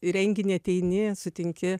į renginį ateini sutinki